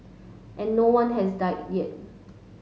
and no one has died yet